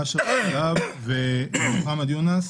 אשרף -- ומוחמד יונס